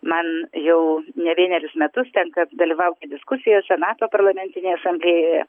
man jau ne vienerius metus tenka dalyvauti diskusijose nato parlamentinėje asamblėjoje